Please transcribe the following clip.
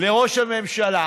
לראש הממשלה,